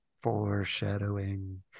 foreshadowing